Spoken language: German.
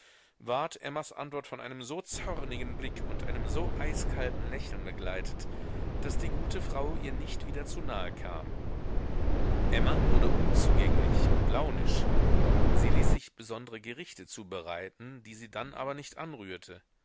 ward emmas antwort von einem so zornigen blick und einem so eiskalten lächeln begleitet daß die gute frau ihr nicht wieder zu nahe kam emma wurde unzugänglich und launisch sie ließ sich besondre gerichte zubereiten die sie dann aber nicht anrührte